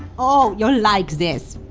oh, you'll like this.